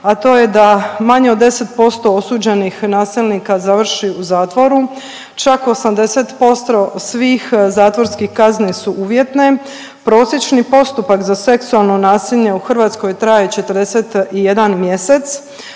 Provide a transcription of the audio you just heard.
a to je da manje od 10% osuđenih nasilnika završi u zatvoru, čak 80% svih zatvorskih kazni su uvjetne. Prosječni postupak za seksualno nasilje u Hrvatskoj traje 41 mjesec,